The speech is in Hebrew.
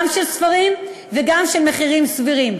גם של ספרים וגם של מחירים סבירים.